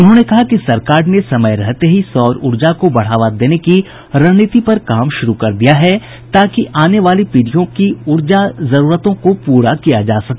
उन्होंने कहा कि सरकार ने समय रहते ही सौर ऊर्जा को बढ़ावा देने की रणनीति पर काम शुरू कर दिया है ताकि आने वाली पीढ़ियों की ऊर्जा जरूरतों को पूरा किया जा सके